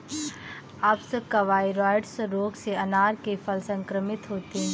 अप्सकवाइरोइड्स रोग से अनार के फल संक्रमित होते हैं